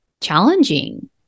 challenging